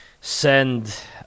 send